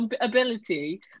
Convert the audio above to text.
ability